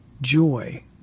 joy